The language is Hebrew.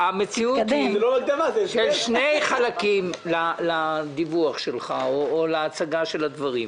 המציאות היא של שני חלקים לדיווח שלך או להצגה של הדברים.